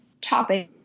topic